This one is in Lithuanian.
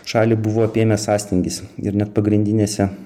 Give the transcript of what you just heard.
šalį buvo apėmęs sąstingis ir net pagrindinėse